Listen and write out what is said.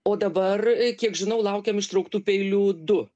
o dabar kiek žinau laukiam ištrauktų peilių du